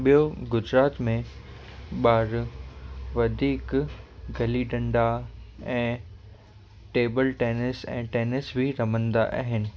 ॿियो गुजरात में ॿार वधीक गली डंडा ऐं टेबिल टेनिस ऐं टेनिस बि रमंदा आहिनि